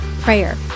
prayer